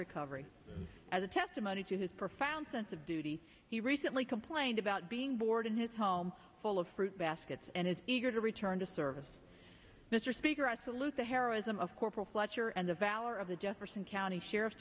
recovery as a testimony to his profound sense of duty he recently complained about being bored in his home full of fruit baskets and is eager to return to service mr speaker i salute the heroism of corporal fletcher and the valor of the jefferson county sheriff's